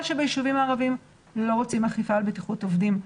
שביישובים הערביים לא רוצים אכיפה על בטיחות עובדים.